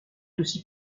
aussi